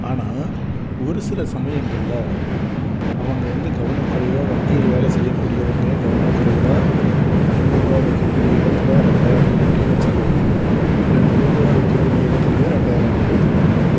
ஆனால் ஒரு சில சமயங்களில் அவங்க வந்து கவனக்குறைவாக வங்கியில் வேலை செய்யக்கூடியவங்க கவனக்குறைவாக ஐநூறுரூவா வைக்கக்கூடிய இடத்துல ரெண்டாயிரம் நோட்டையும் வச்சிட்றாங்க இல்லை நூறுரூவா வைக்கக்கூடிய இடத்துலையும் ரெண்டாயிரரூவா நோட்டு வச்சிடுறாங்க